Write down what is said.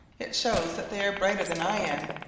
it shows that they are brighter than i am,